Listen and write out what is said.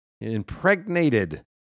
impregnated